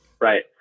Right